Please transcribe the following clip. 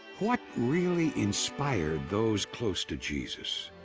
what really inspired those close to jesus?